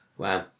Wow